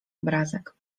obrazek